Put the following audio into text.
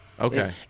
okay